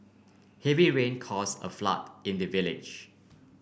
heavy rain causes a flood in the village